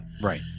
Right